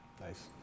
Nice